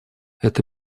это